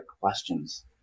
questions